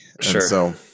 Sure